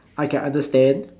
I can understand